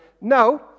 No